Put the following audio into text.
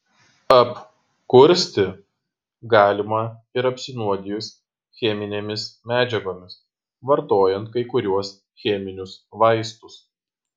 apkursti galima ir apsinuodijus cheminėmis medžiagomis vartojant kai kuriuos cheminius vaistus